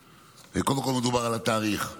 קודם כול מדובר על התאריך,